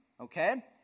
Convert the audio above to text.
Okay